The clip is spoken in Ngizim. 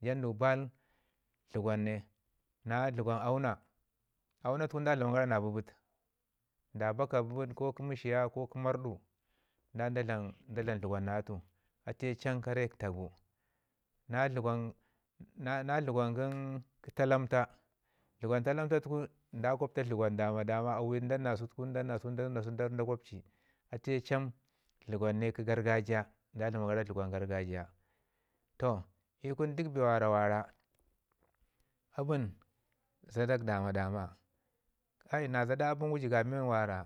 jandau bai dləgwan ne. Na dləgwan duuna, auuna tunu do dlama gara na bəbəɓ nda baka bəbəɗ ko kə məshiya ko kə murdu atuye duk kare taa gu. Nu dləgwan talapta, dləgwan talapta tuku nda gwaptu dləgwan dama- dama awai ni na sau da ni na sau nda gwapci atu cham dləgwan ne kə gargajiya da dlama gara dləgwan gargajiya. Toh I kunduk bee wanda wara abən zadak dama- dama, kai na zada abən gu jəgab men wara